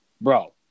bro